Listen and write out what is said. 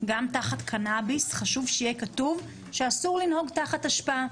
גם תחת קנאביס חשוב שיהיה כתוב שאסור לנהוג תחת השפעה.